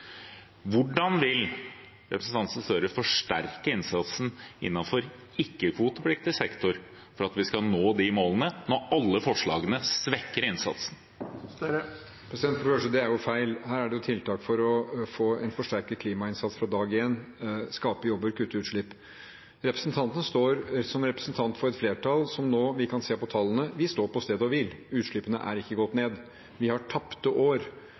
Hvordan vil representanten Gahr Støre forsterke innsatsen innenfor ikke-kvotepliktig sektor for at vi skal nå de målene, når alle forslagene svekker innsatsen? For det første: Det er feil. Her er det tiltak for å få en forsterket klimainnsats fra dag én, skape jobber, kutte utslipp. Representanten står som representant for et flertall som nå gjør at vi – vi kan se på tallene – står på stedet hvil. Utslippene er ikke gått ned. Vi har tapte år.